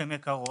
הן יקרות,